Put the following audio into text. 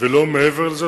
ולא מעבר לזה,